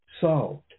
solved